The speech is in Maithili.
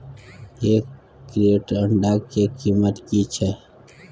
एक क्रेट अंडा के कीमत की छै?